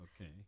Okay